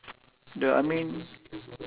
the I mean